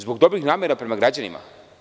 Zbog dobrih namera prema građanima.